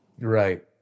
Right